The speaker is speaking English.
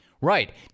Right